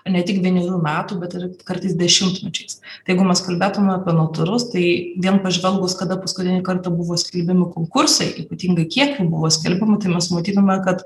ne tik vienerių metų bet ir kartais dešimtmečiais tai jeigu mes kalbėtume apie notarus tai vien pažvelgus kada paskutinį kartą buvo skelbiami konkursai ypatingai kiek jų buvo skelbiama tai mes matytume kad